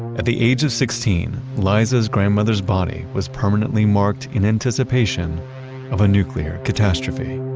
at the age of sixteen, liza's grandmother's body was permanently marked in anticipation of a nuclear catastrophe